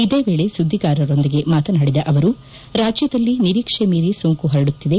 ಇದೇ ವೇಳೆ ಸುದ್ಗಿಗಾರರೊಂದಿಗೆ ಮಾತನಾಡಿದ ಅವರು ರಾಜ್ಯದಲ್ಲಿ ನಿರೀಕ್ಷೆ ಮೀರಿ ಸೋಂಕು ಪರಡುತ್ತಿದೆ